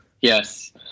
Yes